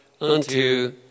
unto